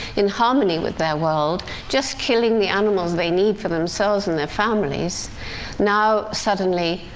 in harmony with their world, just killing the animals they need for themselves and their families now, suddenly,